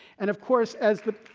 and of course as the